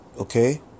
Okay